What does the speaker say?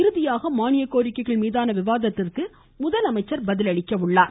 இறுதியாக மான்ய கோரிக்கைகள் மீதான விவாதத்திற்கு முதலமைச்சா் பதிலளிப்பார்